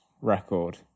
record